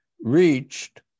reached